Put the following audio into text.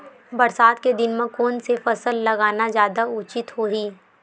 बरसात के दिन म कोन से फसल लगाना जादा उचित होही?